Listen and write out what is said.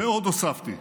ועוד הוספתי: